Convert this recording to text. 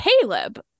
Caleb